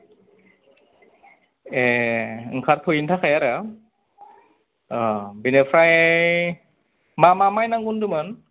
ए ओंखारथ'यिनि थाखाय आरो अ बेनिफ्राय मा मा माइ नांगौ होनदोंमोन